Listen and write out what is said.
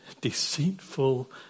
deceitful